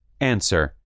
Answer